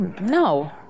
no